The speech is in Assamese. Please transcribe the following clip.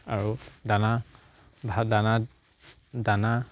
আৰু দানা ভাল দানা দানা